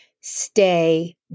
stay